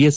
S